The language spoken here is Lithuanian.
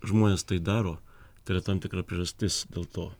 žmonės tai daro tai yra tam tikra priežastis dėl to